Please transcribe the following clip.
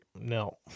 no